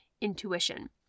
intuition